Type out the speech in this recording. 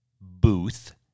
booth